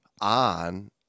on